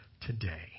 today